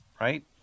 right